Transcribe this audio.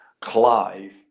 Clive